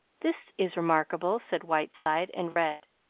this is remarkable, said whiteside, and read